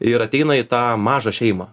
ir ateina į tą mažą šeimą